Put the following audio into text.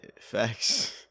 facts